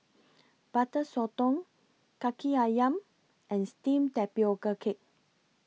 Butter Sotong Kaki Ayam and Steamed Tapioca Cake